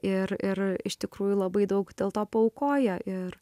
ir ir iš tikrųjų labai daug dėl to paaukoja ir